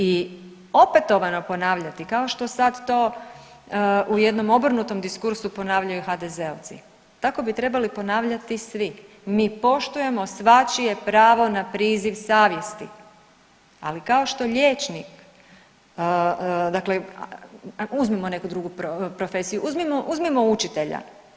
I opetovano ponavljati kao što sad to u jednom obrnutom diskursu ponavljaju HDZ-ovci tako bi trebali ponavljati svi, mi poštujemo svačije pravo na priziv savjesti, ali kao što liječnik dakle uzmimo neku drugu profesiju, uzmimo, uzmimo učitelja.